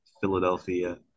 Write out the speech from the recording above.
Philadelphia